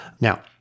Now